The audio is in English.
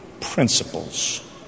principles